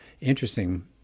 interesting